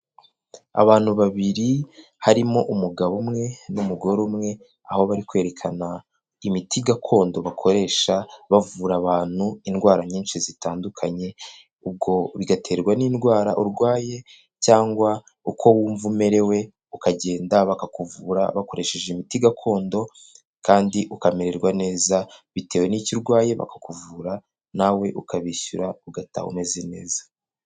Abantu babiri harimo umugabo umwe n'umugore umwe, aho bari kwerekana imiti gakondo bakoresha bavura abantu indwara nyinshi zitandukanye, ubwo bigaterwa n'indwara urwaye cyangwa uko wumva umerewe ukagenda bakakuvura bakoresheje imiti gakondo kandi ukamererwa neza, bitewe n'ikicyo urwaye bakakuvura nawe ukabishyura ugata umeze neza.